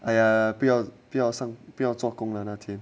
哎呀不要不要上不要做工那天